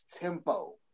tempo